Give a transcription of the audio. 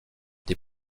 des